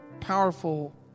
powerful